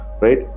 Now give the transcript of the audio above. Right